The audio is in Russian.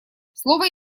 слово